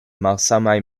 malsamaj